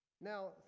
Now